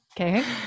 Okay